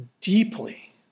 deeply